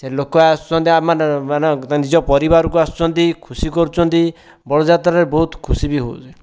ସେ ଲୋକ ଆସୁଛନ୍ତି ଆମମାନ ମାନେ ନିଜ ପରିବାରକୁ ଆସୁଛନ୍ତି ଖୁସି କରୁଛନ୍ତି ବଳଦ ଯାତ୍ରାରେ ବହୁତ ଖୁସି ବି ହେଉଛି